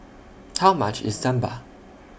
How much IS Sambar